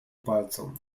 palcom